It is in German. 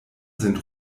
sind